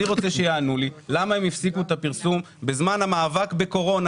אני רוצה שיענו לי: למה הם הפסיקו את הפרסום בזמן המאבק בקורונה,